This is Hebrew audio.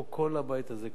פה כל הבית הזה,